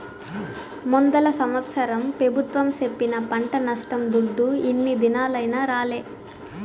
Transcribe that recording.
ముందల సంవత్సరం పెబుత్వం సెప్పిన పంట నష్టం దుడ్డు ఇన్ని దినాలైనా రాలే